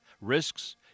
risks